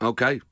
Okay